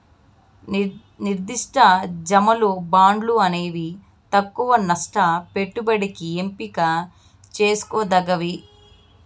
నిర్దిష్ట జమలు, బాండ్లు అనేవి తక్కవ నష్ట పెట్టుబడికి ఎంపిక చేసుకోదగ్గవి